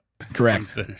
Correct